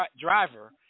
driver